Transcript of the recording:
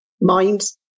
minds